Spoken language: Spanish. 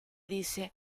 dice